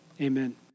amen